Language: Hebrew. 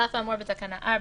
על אף האמור בתקנה 4,